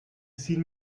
seen